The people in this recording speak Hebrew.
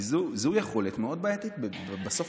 כי זו יכולת מאוד בעייתית בסוף,